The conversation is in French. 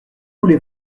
voulez